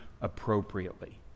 appropriately